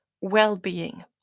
well-being